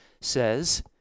says